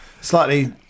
slightly